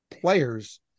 players